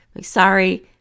sorry